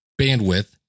bandwidth